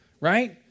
right